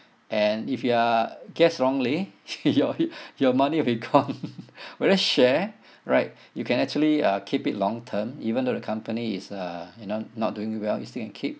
and if you uh guessed wrongly you're your money will be gone whereas share right you can actually uh keep it long term even though the company is uh you know not doing well you still can keep